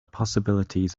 possibilities